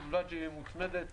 ובלבד שהיא מוצמדת